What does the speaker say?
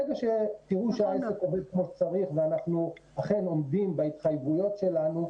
ברגע שתראו שהעסק עובד כמו שצריך ואנחנו אכן עומדים בהתחייבויות שלנו,